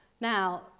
Now